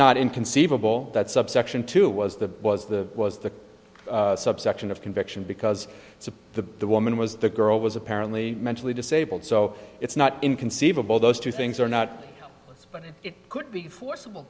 not inconceivable that subsection two was the was the was the subsection of conviction because it's of the the woman was the girl was apparently mentally disabled so it's not inconceivable those two things are not but it could be forcible